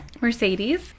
Mercedes